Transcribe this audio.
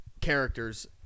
characters